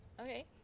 Okay